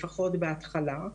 לפחות בהתחלה,